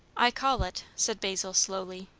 i call it, said basil slowly,